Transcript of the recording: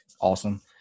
awesome